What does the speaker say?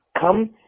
come